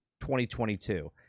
2022